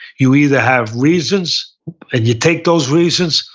you either have reasons and you take those reasons,